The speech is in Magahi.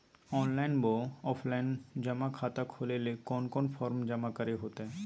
ऑनलाइन बोया ऑफलाइन जमा खाता खोले ले कोन कोन फॉर्म जमा करे होते?